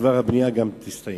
הבנייה תסתיים.